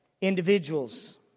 individuals